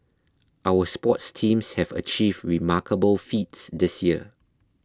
our sports teams have achieved remarkable feats this year